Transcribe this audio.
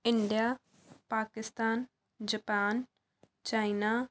India Pakistan Japan China